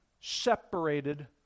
separated